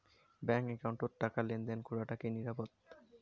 Bank একাউন্টত টাকা লেনদেন করাটা কি নিরাপদ?